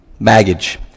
baggage